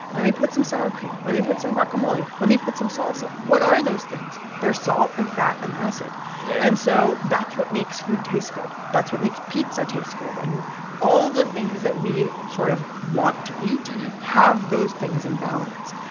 let me put some sour cream yeah let me put some guacamole. let me put some salsa yeah what are those things? they're salt and fat and acid yeah and so that's what makes food taste good. that's what makes pizza taste good. and all the things that we sort of want to eat have those things in balance.